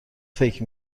فکر